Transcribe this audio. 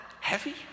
heavy